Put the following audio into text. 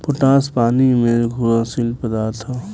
potash पानी में घुलनशील पदार्थ ह